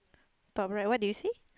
top right what do you see